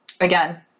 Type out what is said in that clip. again